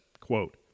quote